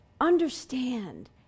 understand